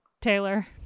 Taylor